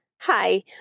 Hi